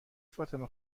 فاطمه